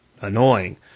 annoying